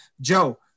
Joe